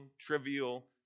trivial